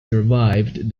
survived